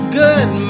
good